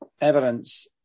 evidence